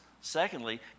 Secondly